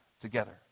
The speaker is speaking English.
together